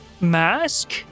mask